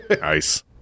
Nice